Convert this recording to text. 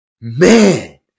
man